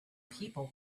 people